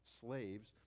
slaves